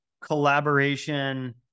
collaboration